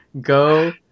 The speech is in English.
go